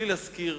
בלי להזכיר,